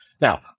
Now